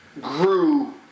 grew